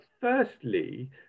firstly